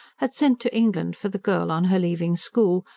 had sent to england for the girl on her leaving school,